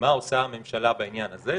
לגבי מה עושה הממשלה בעניין הזה,